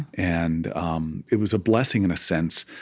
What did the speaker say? and um it was a blessing, in a sense,